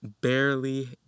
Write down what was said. barely